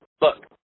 look